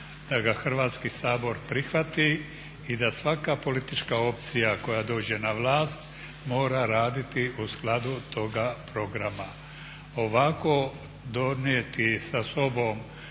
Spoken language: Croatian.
Hrvatski sabor prihvati i da svaka politička opcija koja dođe na vlast mora raditi u skladu toga programa. Ovako donijeti sa sobom